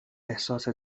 احساس